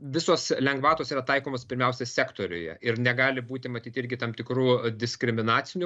visos lengvatos yra taikomos pirmiausia sektoriuje ir negali būti matyt irgi tam tikrų diskriminacinių